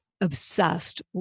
obsessed